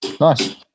Nice